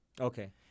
Okay